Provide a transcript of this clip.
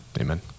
amen